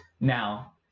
now